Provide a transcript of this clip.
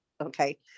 okay